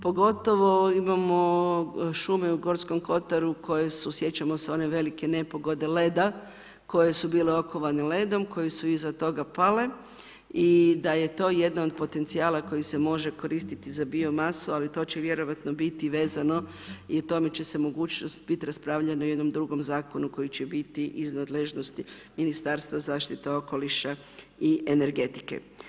Pogotovo imamo šume u Gorskom kotar koje su sjećamo se one velike nepogode leda koje su bile okovane ledom, koje su iza toga pale i da je to jedan od potencijala koji se može koristiti za bio masu ali to će vjerojatno biti vezano i o tome će se mogućnost biti raspravljano u jednom drugom zakonu koji će biti iz nadležnosti Ministarstva zaštite okoliša i energetike.